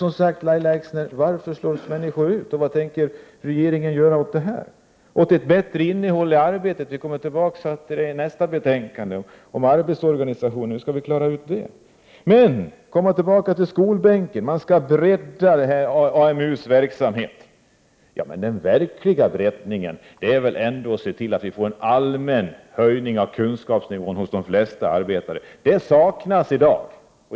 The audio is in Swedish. Som sagt, Lahja Exner, varför slås människor ut från arbetsmarknaden, och vad tänker regeringen göra åt det, åt ett bättre innehåll i arbetet — vi kommer till det i nästa debatt? Hur skall vi lösa problemen med arbetsorganisationen? För att komma tillbaka till frågan om skolbänken skall AMU:s verksamhet breddas, men den verkliga breddningen är väl ändå att se till att vi får en allmän höjning av kunskapsnivån hos de flesta arbetare? Det saknas i dag.